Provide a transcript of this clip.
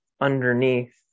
underneath